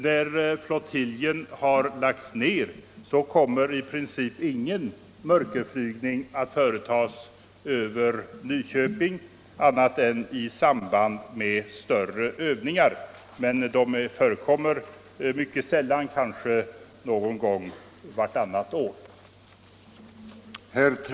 När flottiljen har lagts ned kommer i princip ingen mörkerflygning att företas över Nyköping annat än i samband med större övningar. Sådana förekommer dock mycket sällan — kanske någon gång vartannat år.